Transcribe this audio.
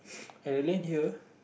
I relate you